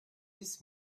bis